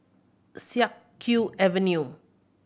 Siak Kew Avenue